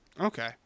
Okay